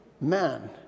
man